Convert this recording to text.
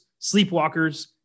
sleepwalkers